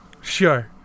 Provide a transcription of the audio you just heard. Sure